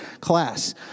class